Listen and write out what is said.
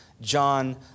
John